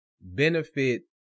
benefit